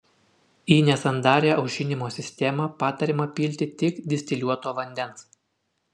į nesandarią aušinimo sistemą patariama pilti tik distiliuoto vandens